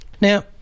Now